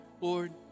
Lord